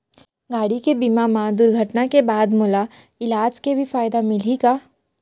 गाड़ी के बीमा मा दुर्घटना के बाद मोला इलाज के भी फायदा मिलही का?